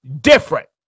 different